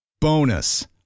Bonus